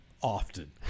Often